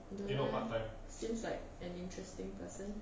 don't know eh seems like an interesting person